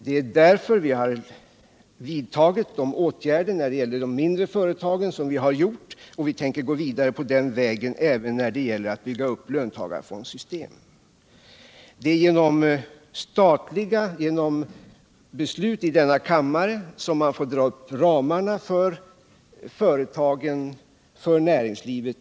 Det är därför vi har vidtagit de åtgärder vi gjort när det gäller de mindre företagen, och vi tänker gå vidare på den vägen även när det gäller att bygga upp löntagarfondssystem. Det är genom beslut i denna kammare vi skall dra upp ramarna för företagen och näringslivet.